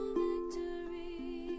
victory